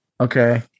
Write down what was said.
Okay